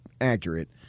accurate